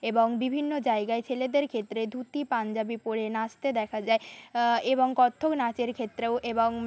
এবং বিভিন্ন জায়গায় ছেলেদের ক্ষেত্রে ধুতি পাঞ্জাবী পরে নাচতে দেখা যায় এবং কত্থক নাচের ক্ষেত্রেও এবং